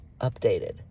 updated